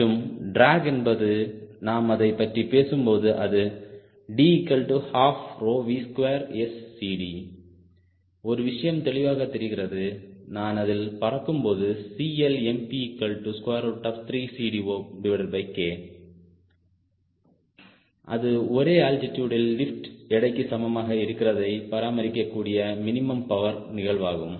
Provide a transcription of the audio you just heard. மற்றும் டிராக் என்பது நாம் அதை பற்றி பேசும்போது அது D12V2SCD ஒரு விஷயம் தெளிவாகத் தெரிகிறது நான் அதில் பறக்கும்போது CLmP3CD0K அது ஒரே அல்டிட்டுட்ல் லிப்ட் எடைக்கு சமமாக இருக்கிறதை பராமரிக்கக் கூடிய மினிமம் பவர் நிகழ்வாகும்